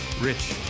Rich